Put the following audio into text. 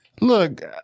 Look